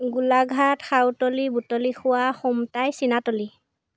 Golaghat Sautali Butlikhowa Khumtai Chinatoli